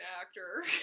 actor